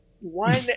one